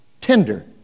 Tender